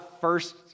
first